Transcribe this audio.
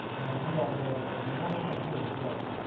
man, we don't know. ah the most we can do is guess.